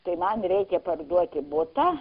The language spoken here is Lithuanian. tai man reikia parduoti butą